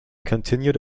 continued